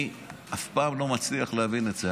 אני אף פעם לא מצליח להבין את זה.